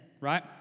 right